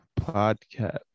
Podcast